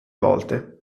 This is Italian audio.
volte